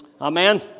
Amen